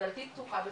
דלתי פתוחה בפניך,